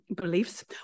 Beliefs